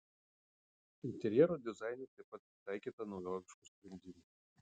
interjero dizaine taip pat pritaikyta naujoviškų sprendimų